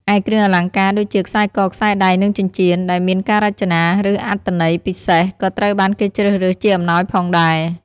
ឯគ្រឿងអលង្ការ ដូចជា ខ្សែក ខ្សែដៃ និងចិញ្ចៀន ដែលមានការរចនា ឬអត្ថន័យពិសេសក៏ត្រូវបានគេជ្រើរើសជាអំណោយផងដែរ។